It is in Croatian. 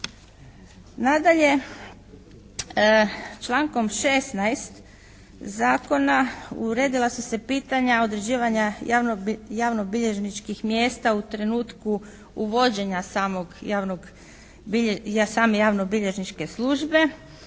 Nadalje, člankom 16. zakona uredila su se pitanja određivanja javnobilježničkih mjesta u trenutku uvođenja same javnobilježničke službe